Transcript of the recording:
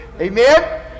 Amen